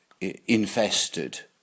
infested